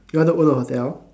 you want to own a hotel